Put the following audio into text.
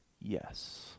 yes